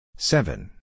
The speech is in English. Seven